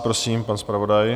Prosím, pan zpravodaj.